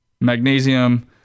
magnesium